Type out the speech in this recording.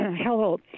Hello